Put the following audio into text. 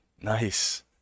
Nice